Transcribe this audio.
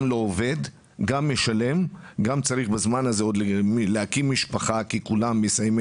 גם לא עובד וגם משלם וגם צריך בזמן הזה להקים משפחה כי כולם מסיימי